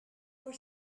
for